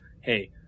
hey